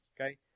okay